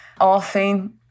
often